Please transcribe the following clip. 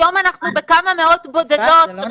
היום אנחנו בכמה מאות בודדות של מאומתים --- יפעת,